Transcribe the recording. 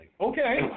Okay